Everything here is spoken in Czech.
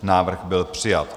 Návrh byl přijat.